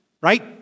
right